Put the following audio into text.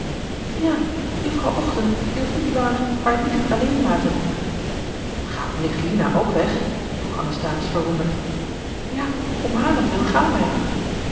ja jufvrouw ochten durft niet langer haar nicht alleen laten gaat nicht lina ook weg vroeg anasthase verwonderd ja om harent wil gaan wij